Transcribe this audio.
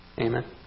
amen